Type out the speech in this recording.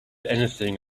anything